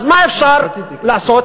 אז מה אפשר לעשות?